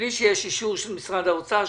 מבלי שיש אישור של משרד האוצר,